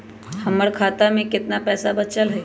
हमर खाता में केतना पैसा बचल हई?